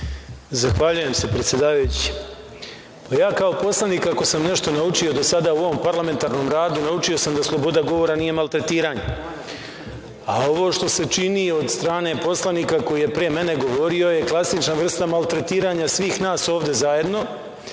Zahvaljujem, predsedavajući. Ja, kao poslanik, ako sam nešto naučio do sada u ovom parlamentarnom radu, naučio sam da sloboda govora nije maltretiranje. A ovo što se čini od strane poslanika koji je pre mene govorio je klasična vrsta maltretiranja svih nas ovde zajedno,